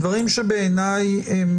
דברים שבעיניי הם